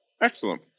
Excellent